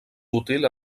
útil